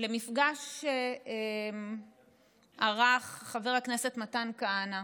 למפגש שערך חבר הכנסת מתן כהנא,